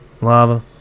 lava